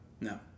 No